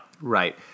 Right